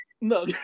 No